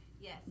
yes